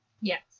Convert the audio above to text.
Yes